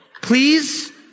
please